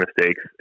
mistakes